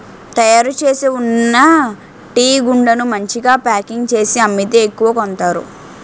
తయారుచేసి ఉన్న టీగుండను మంచిగా ప్యాకింగ్ చేసి అమ్మితే ఎక్కువ కొంతారు